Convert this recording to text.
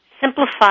Simplify